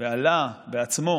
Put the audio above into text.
ועלה בעצמו,